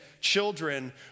children